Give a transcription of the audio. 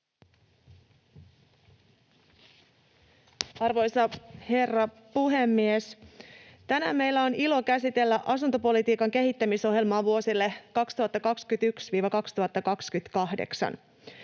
Arvoisa herra puhemies! Tänään meillä on ilo käsitellä asuntopolitiikan kehittämisohjelmaa vuosille 2021—2028.